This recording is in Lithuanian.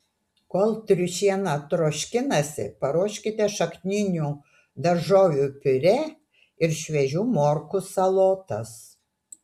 kol triušiena troškinasi paruoškite šakninių daržovių piurė ir šviežių morkų salotas